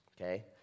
okay